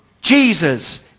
Jesus